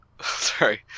Sorry